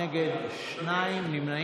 מיכל וולדיגר,